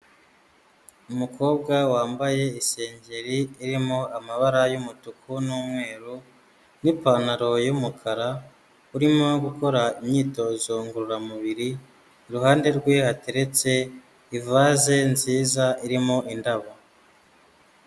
Umukobwa wambaye isengeri irimo amabara y'umutuku n'umweru n'ipantaro y'umukara, urimo gukora imyitozo ngororamubiri, iruhande rwe hateretse ivaze nziza irimo indabo.